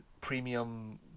premium